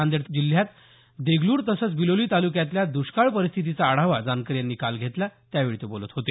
नांदेड जिल्ह्यात देगलूर तसंच बिलोली तालुक्यातल्या द्ष्काळ परिस्थितीचा आढावा जानकर यांनी काल घेतला त्यावेळी ते बोलत होते